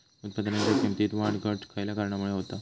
उत्पादनाच्या किमतीत वाढ घट खयल्या कारणामुळे होता?